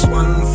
one